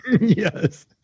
Yes